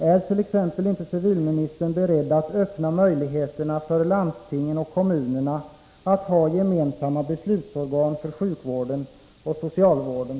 Är inte civilministern t.ex. beredd att ge landstingen och kommunerna möjligheter att ha gemensamma beslutsorgan för sjukvården och socialvården?